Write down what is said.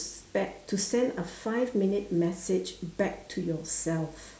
back to send a five minute message back to yourself